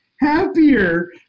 happier